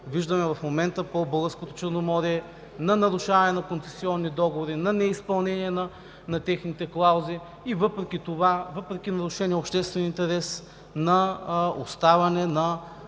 виждаме в момента по Българското Черноморие – на нарушаване на концесионни договори, на неизпълнение на техните клаузи и въпреки това, въпреки нарушения обществен интерес, на оставане на